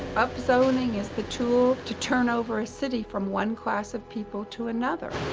upzoning is the tool to turn over a city from one class of people to another.